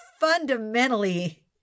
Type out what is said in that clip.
fundamentally